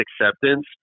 acceptance